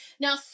Now